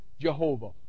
Jehovah